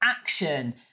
action